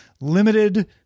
limited